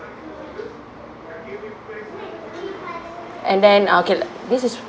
and then ah okay this is